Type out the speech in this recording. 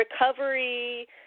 recovery